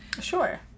Sure